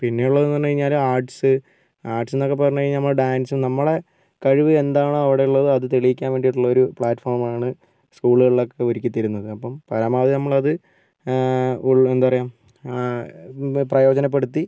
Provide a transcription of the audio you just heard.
പിന്നെയുള്ളതെന്ന് പറഞ്ഞ് കഴിഞ്ഞാല് arts arts എന്നൊക്കെ പറഞ്ഞ് കഴിഞ്ഞാൽ നമ്മളുടെ ഡാൻസും നമ്മളുടെ കഴിവ് എന്താണോ അവിടെയുള്ളത് അത് തെളിയിക്കാൻ വേണ്ടിയിട്ടുള്ളൊരു പ്ലാറ്റ്ഫോമാണ് സ്കൂളുകളിലൊക്കെ ഒരുക്കിത്തരുന്നത് അപ്പം പരമാവധി നമ്മളത് എന്താ പറയുക പ്രയോജനപ്പെടുത്തി